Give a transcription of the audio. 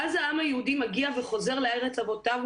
ואז העם היהודי מגיע וחוזר לארץ אבותיו,